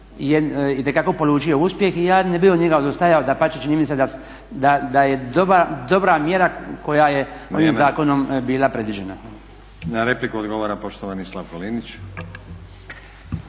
itekako polučio uspjeh i ja ne bih od njega odustajao, dapače, čini mi se da je dobra mjera koja je ovim zakonom bila predviđena. **Stazić, Nenad (SDP)** Na repliku odgovara poštovani Slavko Linić.